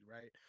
right